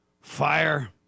Fire